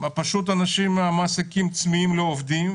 אנשים פשוט צמאים לעובדים,